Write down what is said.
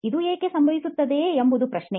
ಇದು ಏಕೆ ಸಂಭವಿಸುತ್ತದೆ ಎಂಬ ಪ್ರಶ್ನೆ